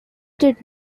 did